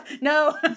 No